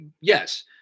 Yes